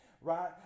right